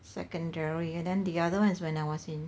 secondary and then the other one is when I was in